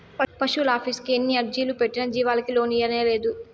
పశువులాఫీసుకి ఎన్ని అర్జీలు పెట్టినా జీవాలకి లోను ఇయ్యనేలేదు